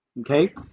okay